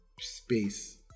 space